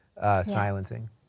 silencing